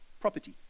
property